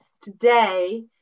today